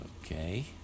Okay